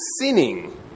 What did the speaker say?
sinning